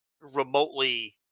remotely